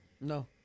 No